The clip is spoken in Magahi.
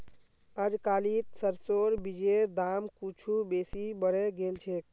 अजकालित सरसोर बीजेर दाम कुछू बेसी बढ़े गेल छेक